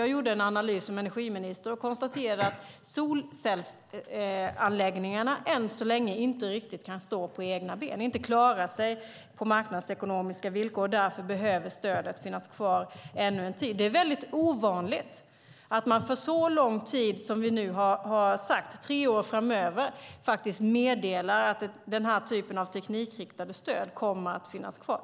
Jag gjorde en analys som energiminister och konstaterade att solcellsanläggningarna än så länge inte riktigt kan stå på egna ben, att de inte klarar sig på marknadsekonomiska villkor. Därför behöver stödet finnas kvar ännu en tid. Det är väldigt ovanligt att man för så lång tid som vi nu har sagt, tre år framöver, meddelar att den här typen av teknikriktade stöd kommer att finnas kvar.